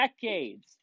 decades